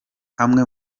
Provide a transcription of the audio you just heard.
amwe